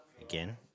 again